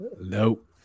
Nope